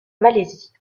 malaisie